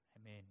Amen